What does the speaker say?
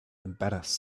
embarrassed